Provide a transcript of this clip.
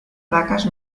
vacas